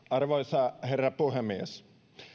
arvoisa herra puhemies